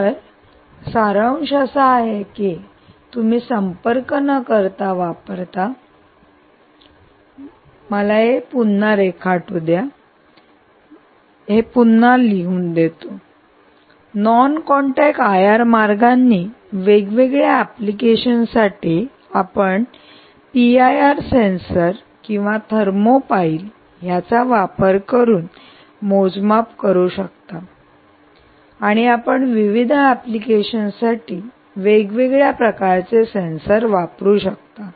तर सारांश असा आहे की तुम्ही संपर्क न करता वापरता मला हे पुन्हा रेखाटू द्या मला हे पुन्हा लिहू द्या नॉन कॉन्टॅक्ट आयआर मार्गांनी वेगवेगळ्या एप्लीकेशन साठी आपण पीआयआर सेन्सर थर्मोकपल किंवा थर्मोपाईल चा वापर करून मोजमाप करू शकता आणि आपण विविध एप्लीकेशन साठी वेगवेगळ्या प्रकारचे सेन्सर वापरू शकता